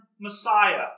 Messiah